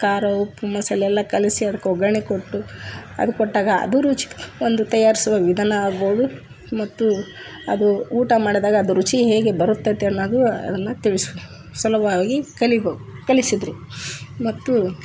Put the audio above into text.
ಕಾ ಖಾರ ಉಪ್ಪು ಮಸಾಲೆ ಎಲ್ಲ ಕಲಸಿ ಅದ್ಕೆ ಒಗ್ಗರಣೆ ಕೊಟ್ಟು ಅದು ಕೊಟ್ಟಾಗ ಅದು ರುಚಿ ಒಂದು ತಯಾರಿಸುವ ವಿಧಾನ ಆಗ್ಬೌದು ಮತ್ತು ಅದೂ ಊಟ ಮಾಡಿದಾಗ ಅದು ರುಚಿ ಹೇಗೆ ಬರುತದೆ ಅನ್ನೋದು ಅದನ್ನು ತಿಳ್ಸೋ ಸಲುವಾಗಿ ಕಲಿಬೊ ಕಲಿಸಿದರು ಮತ್ತು